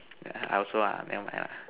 I also ah then what else